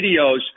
videos